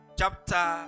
chapter